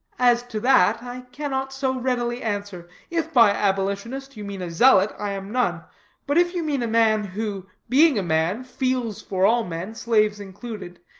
as to that, i cannot so readily answer. if by abolitionist you mean a zealot, i am none but if you mean a man, who, being a man, feels for all men, slaves included,